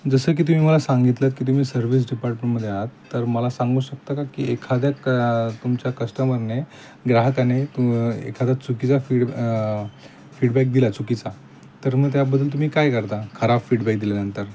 जसं की तुम्ही मला सांगितलंत की तुम्ही सर्व्हिस डिपार्टमेंटमध्ये आहात तर मला सांगू शकता का की एखाद्या क तुमच्या कस्टमरने ग्राहकाने तु एखादा चुकीचा फीड फीडबॅक दिला चुकीचा तर मग त्याबद्दल तुम्ही काय करता खराब फीडबॅक दिल्यानंतर